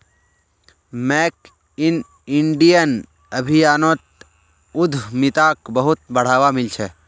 make in India अभियानोत उद्यमिताक बहुत बढ़ावा मिल छ